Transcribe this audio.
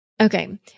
Okay